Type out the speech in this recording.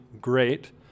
great